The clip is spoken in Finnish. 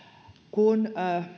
kun